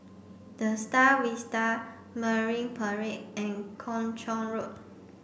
The Star Vista Marine Parade and Kung Chong Road